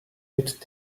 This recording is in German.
mit